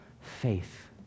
faith